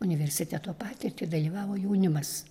universiteto patirtį dalyvavo jaunimas